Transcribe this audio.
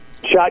Shot